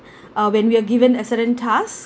uh when we are given a certain task